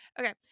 Okay